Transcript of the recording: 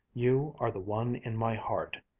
you are the one in my heart.